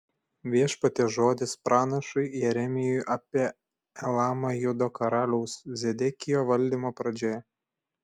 viešpaties žodis pranašui jeremijui apie elamą judo karaliaus zedekijo valdymo pradžioje